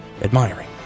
admiring